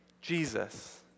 Jesus